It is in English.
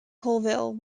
colville